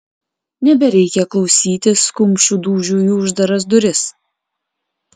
nebereikia klausytis kumščių dūžių į uždaras duris